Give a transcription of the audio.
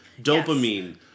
dopamine